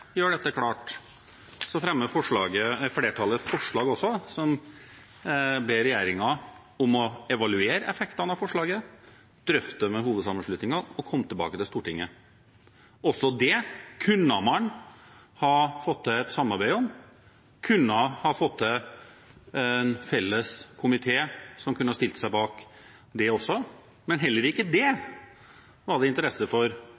dette klart fremmer flertallet et forslag til vedtak der en ber regjeringen om å evaluere effektene av forslaget, drøfte det med hovedsammenslutningene og komme tilbake til Stortinget. Også det kunne man ha fått til et samarbeid om, komiteen kunne felles ha stilt seg bak også det – men heller ikke det var det interesse for